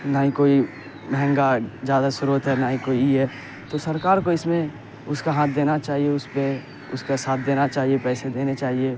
نہ ہی کوئی مہنگا زیادہ شروت ہے نہ ہی کوئی ای ہے تو سرکار کو اس میں اس کا ہاتھ دینا چاہیے اس پہ اس کا ساتھ دینا چاہیے پیسے دینے چاہیے